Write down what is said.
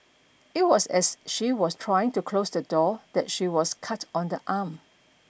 it was as she was trying to close the door that she was cut on the arm